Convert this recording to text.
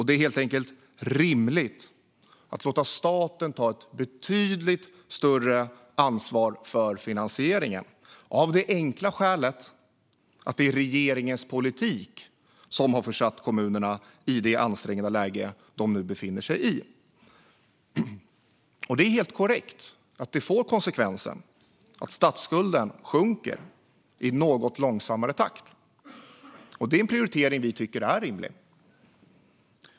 Det är helt enkelt rimligt att låta staten ta ett betydligt större ansvar för finansieringen av det enkla skälet att det är regeringens politik som har försatt kommunerna i det ansträngda läge som de nu befinner sig i. Det är helt korrekt att det får konsekvensen att statsskulden sjunker i något långsammare takt. Det är en prioritering som vi tycker är rimlig.